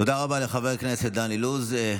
תודה רבה לחבר הכנסת דן אילוז.